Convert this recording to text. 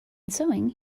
sewing